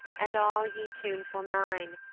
and all ye tuneful nine,